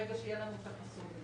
ברגע שיהיה לנו את ה- -- תודה.